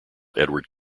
edward